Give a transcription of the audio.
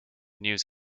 news